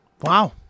Wow